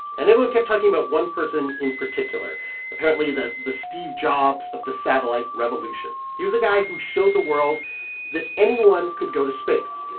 and everyone kept talking about one person in particular apparently the the steve jobs of the satellite revolution. he was a guy who showed the world that anyone could go to space.